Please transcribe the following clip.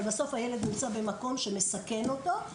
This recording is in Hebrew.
אבל בסוף הילד נמצא במקום שמסכן אותו.